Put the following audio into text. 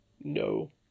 No